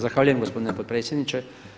Zahvaljujem gospodine potpredsjedniče.